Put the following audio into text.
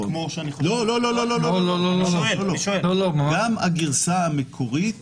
לא, גם הגרסה המקורית